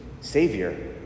Savior